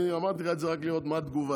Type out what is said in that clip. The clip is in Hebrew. אני אמרתי לך את זה רק לראות מה התגובה,